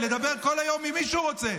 לדבר כל היום עם מי שהוא רוצה,